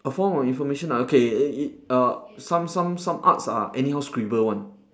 a form of information uh okay it uh some some some arts are anyhow scribble one